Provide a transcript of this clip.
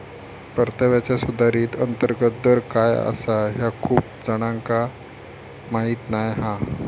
परताव्याचा सुधारित अंतर्गत दर काय आसा ह्या खूप जणांका माहीत नाय हा